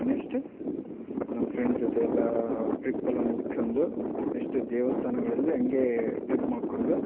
next ನಮ್ಮ friend ಜೊತೆಯೆಲ್ಲ ಟ್ರಿಪ್ಪೆಲ್ಲ ಮುಗಿಸ್ಕೊಂಡು ನೆಷ್ಟ್ ದೇವಸ್ಥಾನಗಳಲ್ಲಿ ಹಂಗೆ ಟ್ರಿಪ್ ಮಾಡ್ಕೊಂಡು